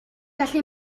gallu